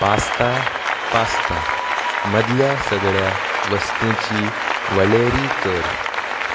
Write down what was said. pasta pasta मदल्या सगळ्या वस्तूंची वळेरी कर